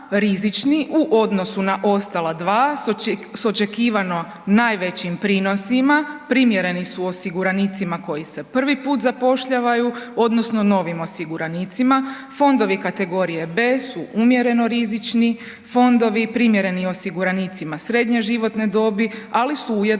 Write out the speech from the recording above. u odnosu na ostala dva s očekivano najvećim prinosima, primjereni su osiguranicima koji se prvi put zapošljavaju odnosno novim osiguranicima. Fondovi kategorije B su umjereno rizično, fondovi primjereni osiguranicima srednje životne dobi, ali su ujedno